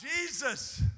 Jesus